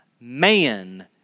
man